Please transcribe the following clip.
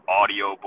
audio